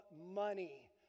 money